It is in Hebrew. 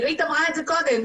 אירית אמרה את זה קודם,